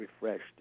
refreshed